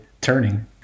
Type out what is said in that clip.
Turning